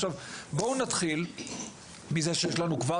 עכשיו, בואו נתחיל מזה שיש לנו כבר